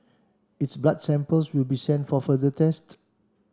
its blood samples will be sent for further tests